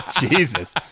Jesus